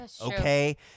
Okay